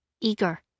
eager